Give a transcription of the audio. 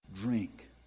Drink